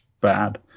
bad